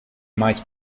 mais